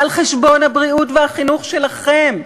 על חשבון הבריאות והחינוך שלכם,